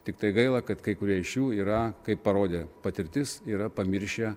tiktai gaila kad kai kurie iš jų yra kaip parodė patirtis yra pamiršę